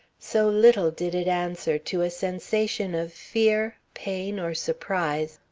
so little did it answer to a sensation of fear, pain, or surprise,